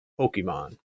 pokemon